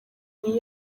niyo